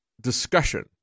discussion